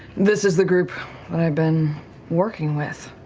this is the group i've been working with.